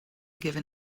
given